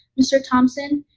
mr. thompson,